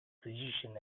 physician